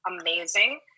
amazing